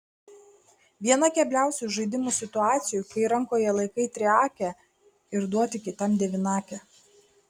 viena kebliausių žaidimo situacijų kai rankoje laikai triakę ir duoti kitam devynakę